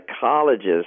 psychologist